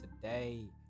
today